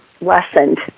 lessened